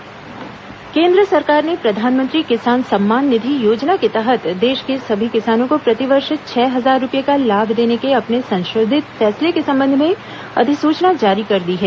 किसान सम्मान निधि योजना केंद्र सरकार ने प्रधानमंत्री किसान सम्मान निधि योजना के तहत देश के सभी किसानों को प्रतिवर्ष छह हजार रूपये का लाभ देने के अपने संशोधित फैसले के संबंध में अधिसूचना जारी कर दी है